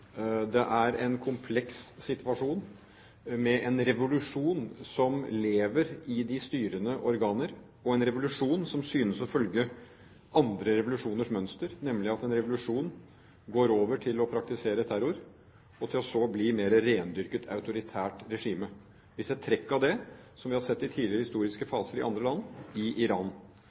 Det er en kompleks situasjon, med en revolusjon som lever i de styrende organer, og en revolusjon som synes å følge andre revolusjoners mønster, nemlig at en revolusjon går over i å praktisere terror – for så å bli et mer rendyrket autoritært regime. Vi ser trekk av det vi har sett i tidligere historiske faser i andre land, i Iran. Representanten ga en lang rekke beskrivelser av situasjonen i Iran